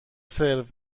سرو